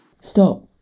Stop